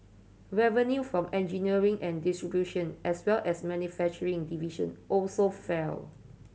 revenue from engineering and distribution as well as manufacturing division also fell